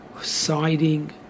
siding